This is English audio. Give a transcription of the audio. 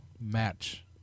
match